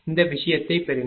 இந்த விஷயத்தைப் பெறுங்கள்